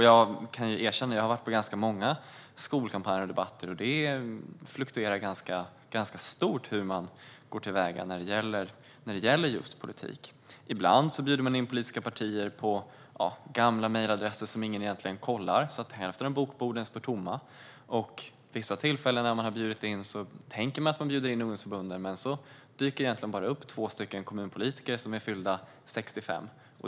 Jag har varit på ganska många skoldebatter, och det fluktuerar rätt mycket hur man går till väga när det gäller just politik. Ibland bjuder man in politiska partier och använder gamla mejladresser som ingen egentligen kollar, så att hälften av bokborden står tomma. Vid vissa tillfällen bjuder man in organisationer, men sedan dyker det bara upp två kommunpolitiker som är fyllda 65 år.